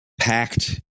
packed